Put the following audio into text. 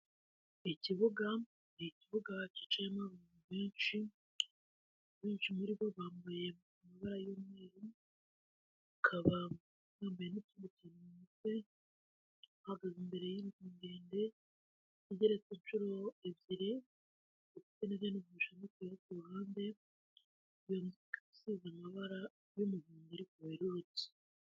Ikibuga; ni ikibuga kicayemo abantu benshi, benshi muri bo bambaye amabara y'umweru, bakaba bambaye nutundi tuntu mu mutwe, bahagaze imbere y'inzu ndende igeretse inshuro ebyiri ifite nizindi nzu zishamikiyeho ku ruhande, iyo nzu ikaba isize amabara y'umuhondo ariko werurutse.